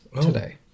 today